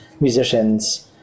musicians